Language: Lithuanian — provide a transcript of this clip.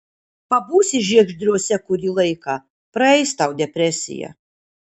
pabūsi žiegždriuose kurį laiką praeis tau depresija